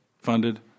funded